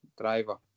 driver